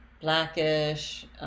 Blackish